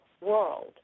world